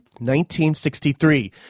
1963